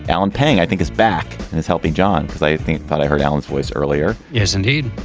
alan, paying, i think is back and is helping john. they think that i heard allen's voice earlier, isn't he?